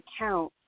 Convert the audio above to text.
account